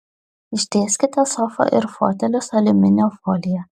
ištieskite sofą ir fotelius aliuminio folija